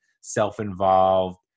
self-involved